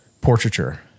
portraiture